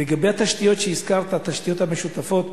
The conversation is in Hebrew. לגבי התשתיות שהזכרת, התשתיות המשותפות.